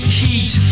heat